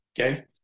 okay